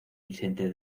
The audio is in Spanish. vicente